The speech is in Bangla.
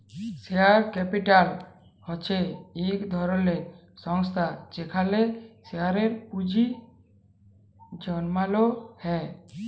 শেয়ার ক্যাপিটাল হছে ইক ধরলের সংস্থা যেখালে শেয়ারে পুঁজি জ্যমালো হ্যয়